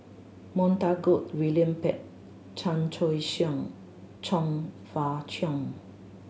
Montague William Pett Chan Choy Siong Chong Fah Cheong